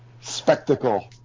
Spectacle